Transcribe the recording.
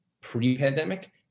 pre-pandemic